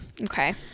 Okay